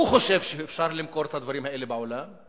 הוא חושב שאפשר למכור את הדברים האלה בעולם,